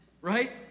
Right